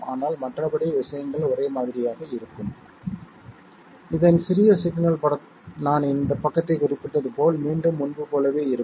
ஆனால் மற்றபடி விஷயங்கள் ஒரே மாதிரியாக இருக்கும் இதன் சிறிய சிக்னல் படம் நான் இந்தப் பக்கத்தை குறிப்பிட்டது போல் மீண்டும் முன்பு போலவே இருக்கும்